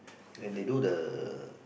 when they do the